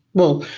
well,